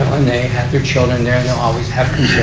they have their children there they'll always have